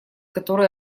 которые